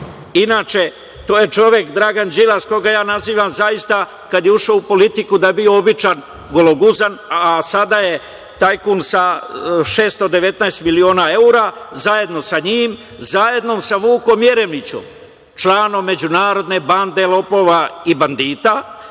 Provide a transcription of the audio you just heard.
inače, to je čovek, Dragan Đilas, koga ja nazivam, kada je ušao u politiku, da je bio običan gologuzan, a sada je tajkun sa 619 miliona eura, zajedno sa njim, zajedno sa Vukom Jeremićem, članom međunarodne bande lopova i bandita,